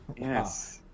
Yes